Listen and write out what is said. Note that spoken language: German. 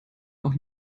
auch